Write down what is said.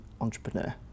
entrepreneur